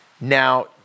Now